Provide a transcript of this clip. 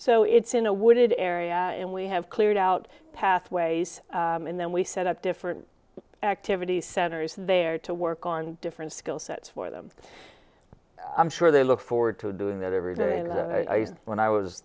so it's in a wooded area and we have cleared out pathways and then we set up different activity center is there to work on different skill sets for them i'm sure they look forward to doing that every day and when i was